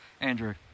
Andrew